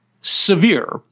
severe